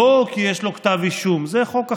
לא כי יש לו כתב אישום, זה חוק אחר,